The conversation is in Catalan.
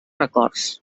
records